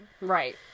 Right